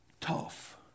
tough